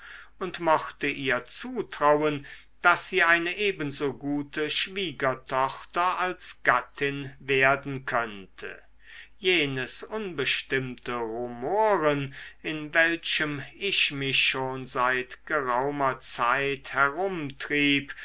und mochte ihr zutrauen daß sie eine ebenso gute schwiegertochter als gattin werden könnte jenes unbestimmte rumoren in welchem ich mich schon seit geraumer zeit herumtrieb